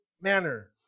manner